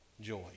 joy